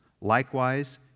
Likewise